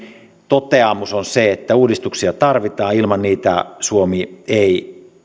toteamus on se että uudistuksia tarvitaan ilman niitä suomi ei